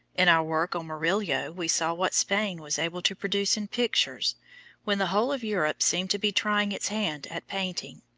in our work on murillo, we saw what spain was able to produce in pictures when the whole of europe seemed to be trying its hand at painting.